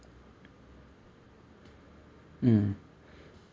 mm